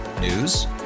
News